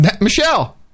michelle